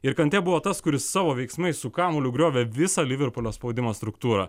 ir kantė buvo tas kuris savo veiksmais su kamuoliu griovė visą liverpulio spaudimo struktūrą